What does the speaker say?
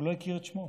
הוא לא הכיר את שמו,